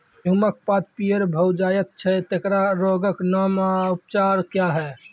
गेहूँमक पात पीअर भअ जायत छै, तेकरा रोगऽक नाम आ उपचार क्या है?